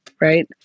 right